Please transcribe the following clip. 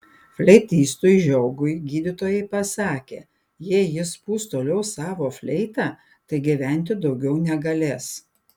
fleitistui žiogui gydytojai pasakė jei jis pūs toliau savo fleitą tai gyventi daugiau negalės